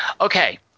Okay